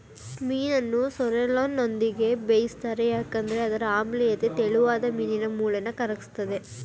ಮೀನನ್ನು ಸೋರ್ರೆಲ್ನೊಂದಿಗೆ ಬೇಯಿಸ್ತಾರೆ ಏಕೆಂದ್ರೆ ಅದರ ಆಮ್ಲೀಯತೆ ತೆಳುವಾದ ಮೀನಿನ ಮೂಳೆನ ಕರಗಿಸ್ತದೆ